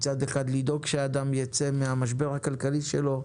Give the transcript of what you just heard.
מצד אחד, לדאוג שאדם יצא מהמשבר הכלכלי שלו,